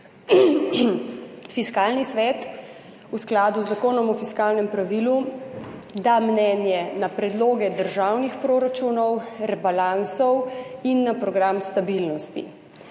Fiskalni svet v skladu z Zakonom o fiskalnem pravilu da mnenje o predlogih državnih proračunov, rebalansov in o programu stabilnosti.